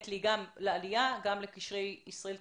לעלייה וגם לקשרי ישראל והתפוצות.